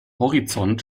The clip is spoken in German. horizont